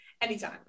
anytime